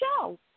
show